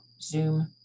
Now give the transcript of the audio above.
Zoom